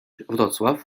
wrocław